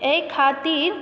एहि खातिर